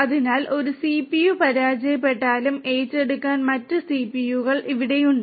അതിനാൽ ഒരു സിപിയു പരാജയപ്പെട്ടാലും ഏറ്റെടുക്കാൻ മറ്റ് സിപിയുകൾ ഇവിടെയുണ്ട്